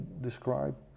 describe